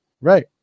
Right